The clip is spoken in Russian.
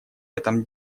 этом